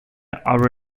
are